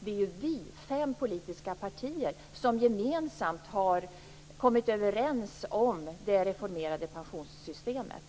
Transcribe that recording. Det är fem politiska partier som gemensamt har kommit överens om det reformerade pensionssystemet.